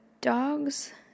dog's